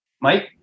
Mike